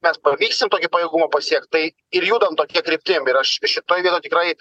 mes pavyks mum tokį pajėgumą pasiekti tai ir judam tokia kryptim ir aš šitoje vietoj tikrai